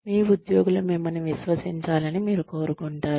మీ ఉద్యోగులు మిమ్మల్ని విశ్వసించాలని మీరు కోరుకుంటారు